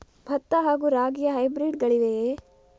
ಭತ್ತ ಹಾಗೂ ರಾಗಿಯ ಹೈಬ್ರಿಡ್ ಗಳಿವೆಯೇ?